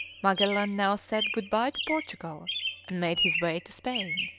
magellan now said good-bye to portugal and made his way to spain.